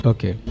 Okay